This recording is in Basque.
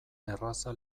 erraza